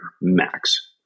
max